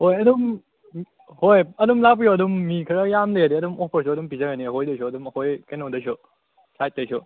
ꯍꯣꯏ ꯑꯗꯨꯝ ꯍꯣꯏ ꯑꯗꯨꯝ ꯂꯥꯛꯄꯤꯔꯣ ꯑꯗꯨꯝ ꯃꯤ ꯈꯔ ꯌꯥꯝ ꯂꯩꯔꯗꯤ ꯑꯣꯐꯔꯁꯨ ꯑꯗꯨꯝ ꯄꯤꯖꯔꯅꯤ ꯑꯩꯈꯣꯏꯗꯩꯁꯨ ꯑꯗꯨꯝ ꯑꯩꯈꯣꯏ ꯀꯩꯅꯣꯗꯩꯁꯨ ꯁꯥꯏꯠꯇꯩꯁꯨ